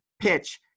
PITCH